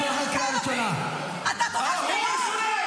תיתן לי